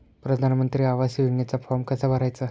प्रधानमंत्री आवास योजनेचा फॉर्म कसा भरायचा?